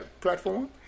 platform